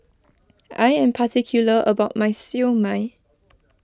I am particular about my Siew Mai